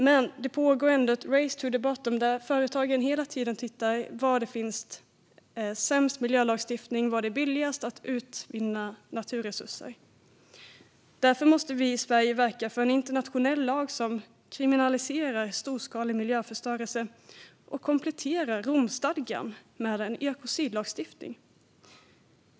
Men det pågår ändå ett race to the bottom där företagen hela tiden tittar på var det finns sämst miljölagstiftning och var det är billigast att utvinna naturresurser. Därför måste vi i Sverige verka för en internationell lag som kriminaliserar storskalig miljöförstörelse och komplettera Romstadgan med ekocidlagstiftning.